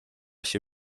się